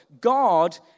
God